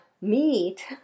meat